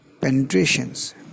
penetrations